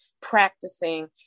practicing